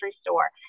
store